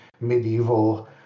medieval